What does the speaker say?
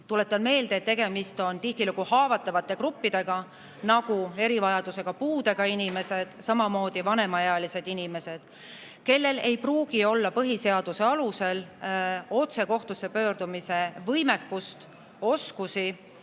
Tuletan meelde, et tihtilugu on tegemist haavatavate gruppidega, nagu erivajadusega, puudega inimesed, samamoodi vanemaealised inimesed, kellel ei pruugi olla põhiseaduses [ettenähtud] otse kohtusse pöördumise võimekust, oskust